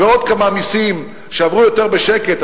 ועוד כמה מסים שעברו יותר בשקט,